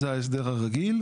זה ההסדר הרגיל.